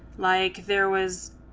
like there was